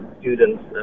students